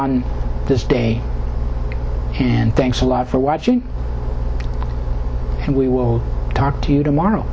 on this day and thanks a lot for watching and we will talk to you tomorrow